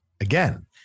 Again